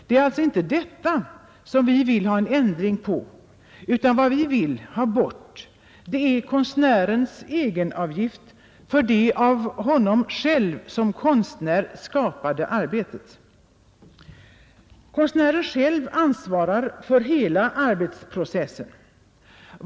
Det är alltså inte detta som vi vill ha en ändring på, utan vad vi vill ha bort är konstnärens egenavgift för det av honom själv som konstnär skapade arbetet. Konstnären själv ansvarar för hela arbetsprocessen.